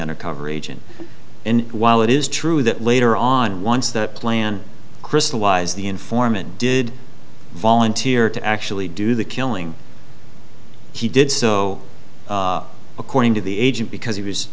undercover agent in while it is true that later on once the plan crystallize the informant did volunteer to actually do the killing he did so according to the agent because he was